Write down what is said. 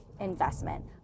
investment